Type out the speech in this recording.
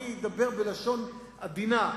אני אדבר בלשון עדינה,